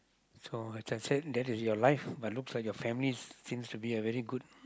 so as I said that is your life but looks like your family seems like a very good